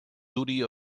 duty